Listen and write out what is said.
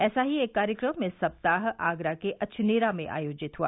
ऐसा ही एक कार्यक्रम इस सप्ताह आगरा के अछनेरा में आयोजित हआ